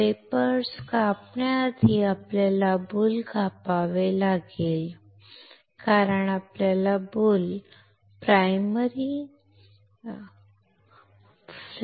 wafers कापण्याआधी आपल्याला boule कापावे लागेल कारण आपल्याला बुलच्या उजवीकडे प्राइमरी फ्लॅट बनवायचा आहे